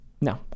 no